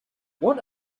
what